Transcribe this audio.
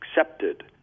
accepted